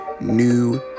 new